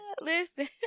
Listen